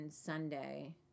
Sunday